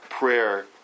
prayer